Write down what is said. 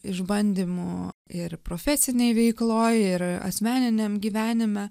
išbandymų ir profesinėj veikloj ir asmeniniam gyvenime